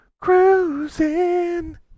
cruising